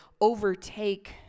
overtake